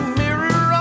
mirror